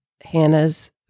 Hannah's